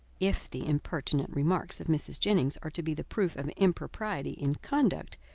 if the impertinent remarks of mrs. jennings are to be the proof of impropriety in conduct,